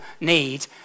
need